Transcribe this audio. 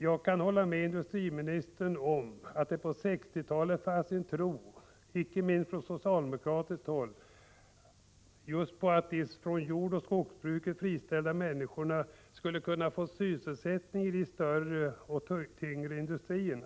Jag kan hålla med industriministern om att det på 1960-talet fanns en tro, icke minst på socialdemokratiskt håll, på att de från jordoch skogsnäringen friställda människorna skulle kunna få sysselsättning i de större, tunga industrierna.